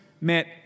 met